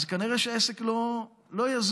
אז כנראה העסק לא יזוז.